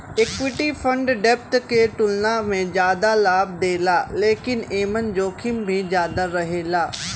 equity fund डेब्ट के तुलना में जादा लाभ देला लेकिन एमन जोखिम भी ज्यादा रहेला